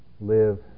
live